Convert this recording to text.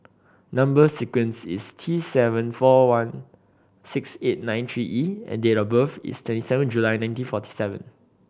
number sequence is T seven four one six eight nine three E and date of birth is twenty seven July nineteen forty seven